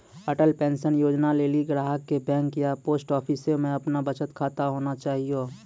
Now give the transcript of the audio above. Atal pension Yojana लेली ग्राहक के बैंक या पोस्ट आफिसमे अपनो बचत खाता होना चाहियो